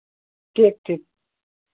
ठीक ठीक